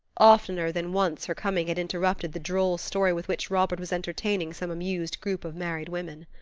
oftener than once her coming had interrupted the droll story with which robert was entertaining some amused group of married women.